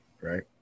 Right